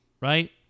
Right